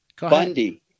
Bundy